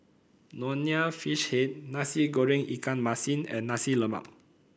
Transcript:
Nonya Fish Head Nasi Goreng Ikan Masin and Nasi Lemak